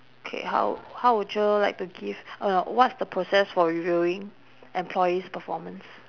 okay how how would you like to give oh no what's the process for reviewing employees' performance